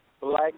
black